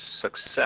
success